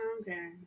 okay